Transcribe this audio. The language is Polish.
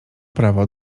prawo